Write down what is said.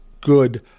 good